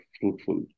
fruitful